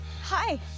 Hi